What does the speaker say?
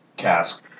cask